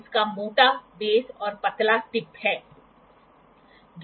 इसलिए हम इस क्लिनोमीटर का इस्तेमाल करते हैं